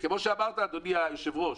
כמו שאמרת, אדוני היושב-ראש,